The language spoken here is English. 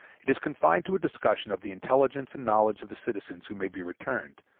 it is confined to a discussion of the intelligence and knowledge of the citizens who may be returned,